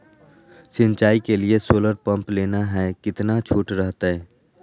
सिंचाई के लिए सोलर पंप लेना है कितना छुट रहतैय?